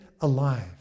alive